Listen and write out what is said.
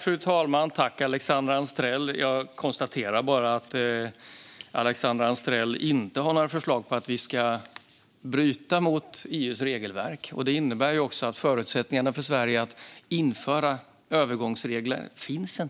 Fru talman! Jag konstaterar att Alexandra Anstrell inte har några förslag om att vi ska bryta mot EU:s regelverk. Det innebär också att förutsättningarna för Sverige att införa övergångsregler inte finns.